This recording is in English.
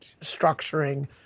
structuring